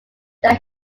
that